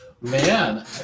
Man